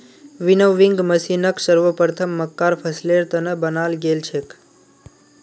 winnowing मशीनक सर्वप्रथम मक्कार फसलेर त न बनाल गेल छेक